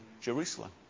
Jerusalem